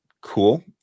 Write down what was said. Cool